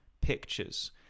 Pictures